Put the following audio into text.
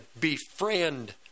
befriend